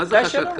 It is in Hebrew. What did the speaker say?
מה זה "חשד כזה"?